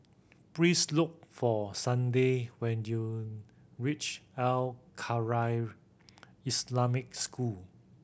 please look for Sunday when you reach Al Khairiah Islamic School